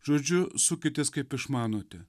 žodžiu sukitės kaip išmanote